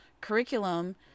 curriculum